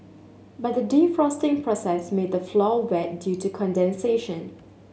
but the defrosting process made the floor wet due to condensation